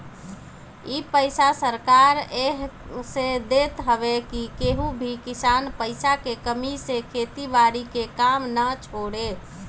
इ पईसा सरकार एह से देत हवे की केहू भी किसान पईसा के कमी से खेती बारी के काम ना छोड़े